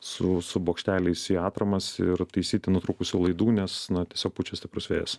su su bokšteliais į atramas ir taisyti nutrūkusių laidų nes na tiesiog pučia stiprus vėjas